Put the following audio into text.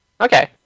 Okay